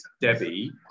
Debbie